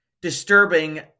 disturbing